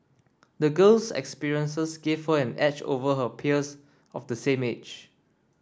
the girl's experiences gave her an edge over her peers of the same age